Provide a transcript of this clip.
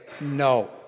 no